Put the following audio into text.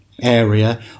area